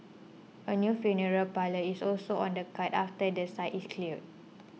a new funeral parlour is also on the cards after the site is cleared